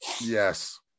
Yes